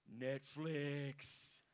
Netflix